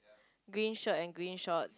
green shirt and green short